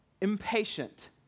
impatient